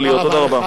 חבר הכנסת אחמד טיבי.